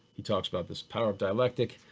he talks about this power of dialectic.